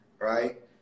Right